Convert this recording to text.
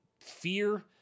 fear